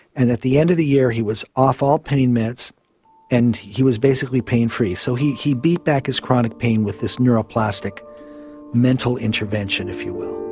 and at the end of the year he was off all pain meds and he was basically pain free. so he he beat back his chronic pain with this neuroplastic mental intervention, if you will.